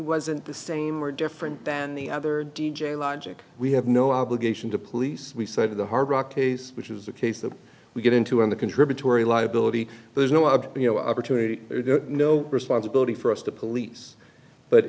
wasn't the same or different than the other d j logic we have no obligation to police the side of the hard rock case which is the case that we get into on the contributory liability there's no object you know opportunity no responsibility for us to police but